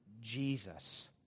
Jesus